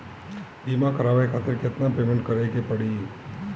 बीमा करावे खातिर केतना पेमेंट करे के पड़ी?